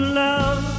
love